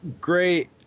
great